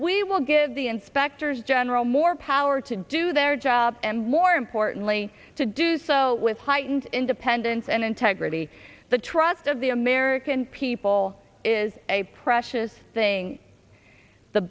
we will give the inspectors general more power to do their job and more importantly to do so with heightened independence and integrity the trust of the a merry can people is a precious thing the